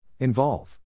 Involve